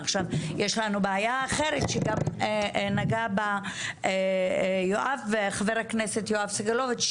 יש לנו בעיה אחרת שנגע בה חבר הכנסת יואב סגלוביץ',